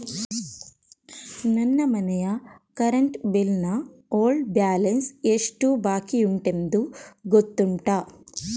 ನನ್ನ ಮನೆಯ current bill ನ ಓಲ್ಡ್ ಬ್ಯಾಲೆನ್ಸ್ ಎಷ್ಟು ಬಾಕಿಯುಂಟೆಂದು ಗೊತ್ತುಂಟ?